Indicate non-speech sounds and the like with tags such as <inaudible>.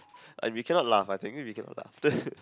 we cannot laugh I think we cannot laugh <laughs>